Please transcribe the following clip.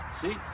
See